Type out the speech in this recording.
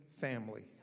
family